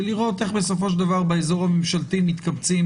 ולראות איך בסופו של דבר באזור הממשלתי מתקבצים